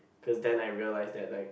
cause then I realised that like